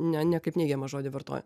ne ne kaip neigiamą žodį vartoju